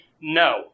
no